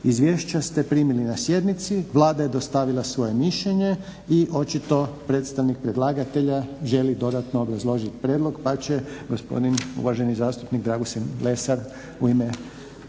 Izvješća ste primili na sjednici. Vlada je dostavila svoje mišljenje i očito predstavnik predlagatelja želi dodatno obrazložiti prijedlog, pa će gospodin uvaženi zastupnik Dragutin Lesar u ime